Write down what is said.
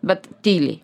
bet tyliai